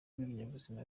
rw’ibinyabuzima